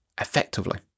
effectively